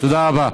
תודה רבה.